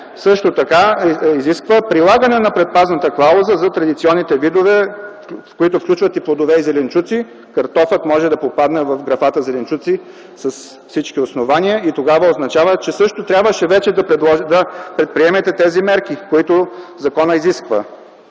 също изисква прилагане на предпазната клауза за традиционните видове, които включват плодове и зеленчуци, картофът може да попадне в графата „Зеленчуци” с всички основания и това означава, че вече също трябваше да предприемете тези мерки, които законът изисква.